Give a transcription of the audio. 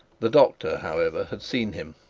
the doctor, however, had seen him,